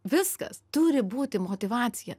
viskas turi būti motyvacija